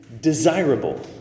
Desirable